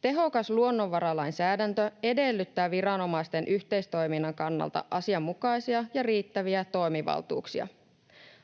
Tehokas luonnonvaralainsäädäntö edellyttää viranomaisten yhteistoiminnan kannalta asianmukaisia ja riittäviä toimivaltuuksia.